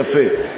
יפה.